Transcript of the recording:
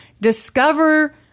discover